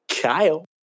Kyle